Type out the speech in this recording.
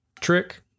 trick